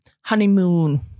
honeymoon